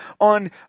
on